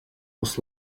was